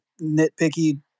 nitpicky